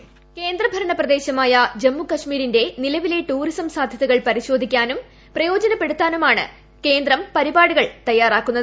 voice കേന്ദ്രഭരണ പ്രദേശമായ ജമ്മുകശ്മിരീന്റെ നിലവിലെ ടൂറിസം സാധ്യതകൾ പരിശോധിക്കാനും പ്രയോജനപ്പെടുത്താനുമാണ് കേന്ദ്രം പരിപാടികൾ തയ്യാറാക്കുന്നത്